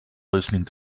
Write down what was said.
listening